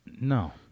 No